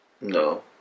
No